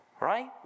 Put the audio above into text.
Right